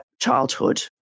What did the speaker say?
childhood